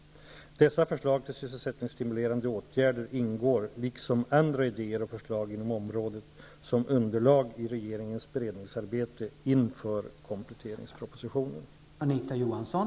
Dessa förslag till sysselsättningstimulerade åtgärder ingår, liksom andra idéer och förslag inom området, som underlag i regeringens beredningsarbete inför kompletteringspropositionen.